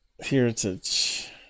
Heritage